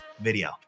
video